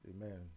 Amen